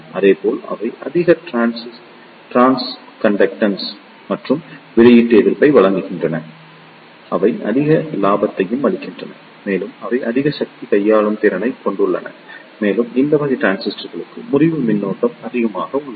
இதேபோல் அவை அதிக டிரான்ஸ்கண்டக்டன்ஸ் மற்றும் வெளியீட்டு எதிர்ப்பை வழங்குகின்றன அவை அதிக லாபத்தையும் அளிக்கின்றன மேலும் அவை அதிக சக்தி கையாளும் திறனைக் கொண்டுள்ளன மேலும் இந்த வகை டிரான்சிஸ்டர்களுக்கும் முறிவு மின்னழுத்தமும் அதிகமாக உள்ளது